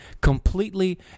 completely